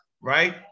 right